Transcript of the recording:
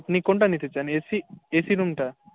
আপনি কোনটা নিতে চান এসি এসি রুমটা